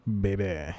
baby